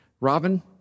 Robin